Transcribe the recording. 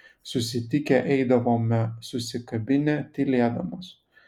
susitikę eidavome susikabinę tylėdamos